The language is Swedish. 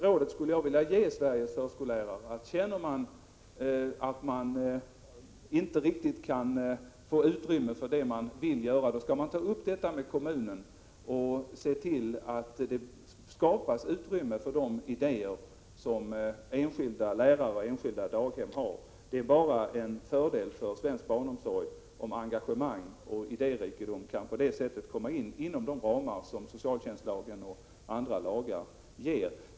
Jag skulle vilja ge Sveriges förskollärare rådet, att känner man att man inte riktigt kan få utrymme för det som man vill göra, skall man ta upp problemet med kommunen och se till att det skapas utrymme för just de idéer som det är fråga om. Det är bara en fördel för svensk barnomsorg om engagemang och idérikedom på detta sätt kan rymmas inom ramarna för socialtjänstlagen och andra lagar.